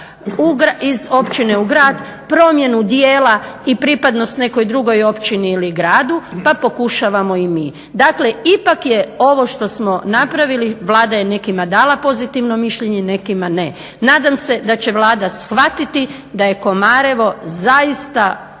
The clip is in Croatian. iz općine u grad, promjenu djela i pripadnost nekoj drugoj općini ili gradu pa pokušavamo i mi. Dakle ipak je ovo što smo napravili, Vlada je nekima dala pozitivno mišljenje, nekima ne. Nadam se da će Vlada shvatiti da je Komarevo zaista